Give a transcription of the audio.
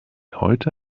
heute